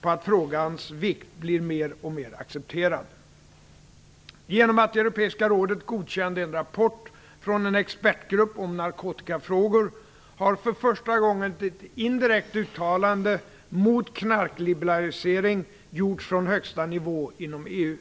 på att frågans vikt blir mer och mer accepterad. Genom att det europeiska rådet godkände en rapport från en expertgrupp om narkotikafrågor har för första gången ett indirekt uttalande mot knarkliberalisering gjorts från högsta nivå inom EU.